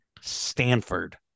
Stanford